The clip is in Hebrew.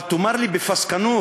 אבל תאמר לי בפסקנות,